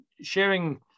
sharing